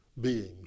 beings